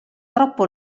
troppo